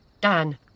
Dan